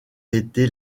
été